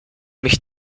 mich